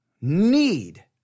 need